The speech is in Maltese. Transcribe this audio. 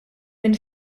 minn